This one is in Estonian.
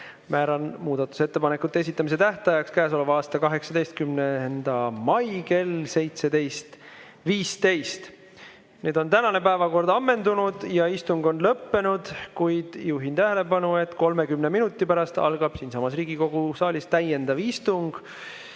Määran muudatusettepanekute esitamise tähtajaks käesoleva aasta 18. mai kell 17.15.Nüüd on tänane päevakord ammendunud ja istung on lõppenud, kuid juhin tähelepanu, et 30 minuti pärast algab siinsamas Riigikogu saalis täiendav istung.